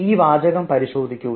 ഈ വാചകം പരിശോധിക്കുക